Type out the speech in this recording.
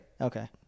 Okay